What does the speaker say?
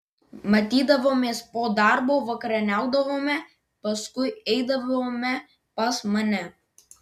matydavomės po darbo vakarieniaudavome paskui eidavome pas mane